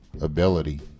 ability